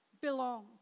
belong